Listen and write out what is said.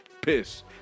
piss